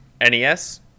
NES